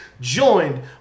Joined